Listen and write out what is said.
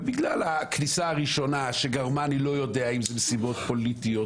בגלל הכניסה הראשונה שגרמה -- אני לא יודע אם זה מסיבות פוליטיות,